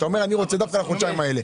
ואומר שאתה רוצה בדיוק לחודשיים האלה.